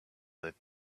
that